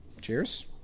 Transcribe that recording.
Cheers